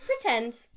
Pretend